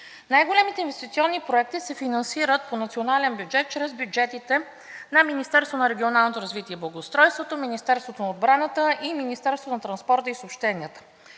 Най-големите инвестиционни проекти се финансират по национален бюджет чрез бюджетите на Министерството на регионалното развитие и благоустройство, Министерството на отбраната и Министерството на транспорта и съобщенията.